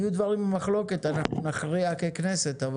יהיו דברי מחלוקת אנחנו נכריע ככנסת,